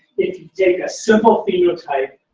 if you take a simple phenotype.